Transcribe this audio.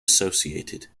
associated